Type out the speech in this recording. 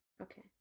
Okay